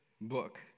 book